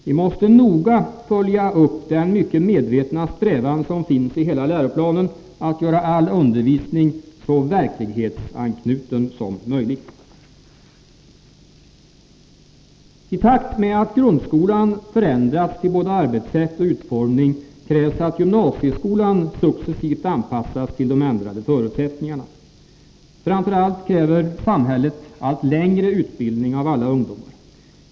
Vi måste noga fullfölja den mycket medvetna strävan som finns i hela läroplanen att göra all undervisning så verklighetsanknuten som möjligt. I takt med att grundskolan förändras till både arbetssätt och utformning krävs att gymnasieskolan successivt anpassas till de ändrade förutsättningar na. Framför allt kräver samhället allt längre utbildning av alla ungdomar.